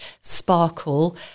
sparkle